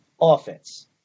offense